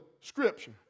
Scripture